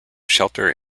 shelter